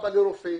אבא לרופא,